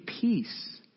peace